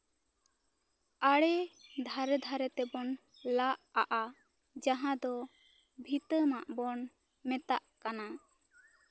ᱟᱲᱮ ᱫᱷᱟᱨᱮ ᱫᱷᱟᱨᱮ ᱛᱮᱵᱚᱱ ᱞᱟᱜ ᱟᱜᱼᱟ ᱡᱟᱦᱟᱸ ᱫᱚ ᱵᱷᱤᱛᱟᱹ ᱢᱟᱜ ᱵᱚᱱ ᱢᱮᱛᱟᱜ ᱠᱟᱱᱟ